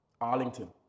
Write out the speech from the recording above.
Arlington